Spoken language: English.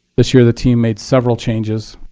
this year the team made several changes,